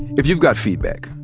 if you've got feedback,